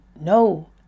No